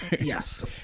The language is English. Yes